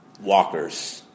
Walker's